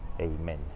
Amen